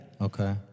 Okay